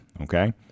Okay